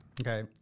Okay